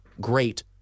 great